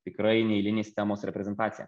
tikrai neeilinės temos reprezentaciją